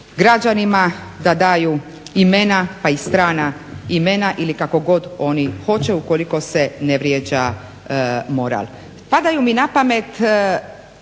građanima da daju imena pa i strana imena ili kako god oni hoće ukoliko se ne vrijeđa moral. Padaju mi na pamet,